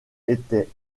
étaient